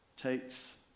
takes